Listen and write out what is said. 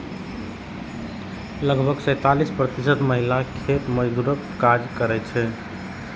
लगभग सैंतालिस प्रतिशत महिला खेत मजदूरक काज करै छै